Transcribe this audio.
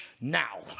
now